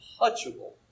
untouchable